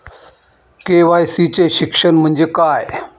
KYC चे शिक्षण म्हणजे काय?